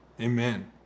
Amen